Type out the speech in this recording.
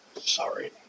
Sorry